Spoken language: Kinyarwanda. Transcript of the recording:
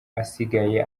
asigaye